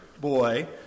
boy